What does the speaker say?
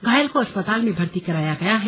घायल को अस्पोताल में भर्ती कराया गया है